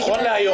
נכון להיום,